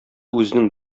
үзенең